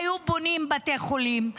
היו בונים בתי חולים,